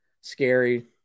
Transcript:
scary